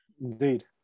indeed